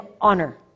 honor